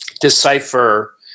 decipher